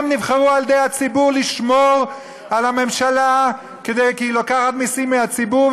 הם נבחרו על ידי הציבור לשמור על הממשלה כי היא לוקחת מיסים מהציבור,